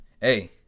Hey